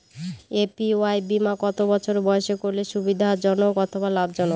APY বীমা কত বছর বয়সে করলে সুবিধা জনক অথবা লাভজনক?